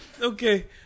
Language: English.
Okay